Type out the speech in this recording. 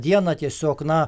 dieną tiesiog na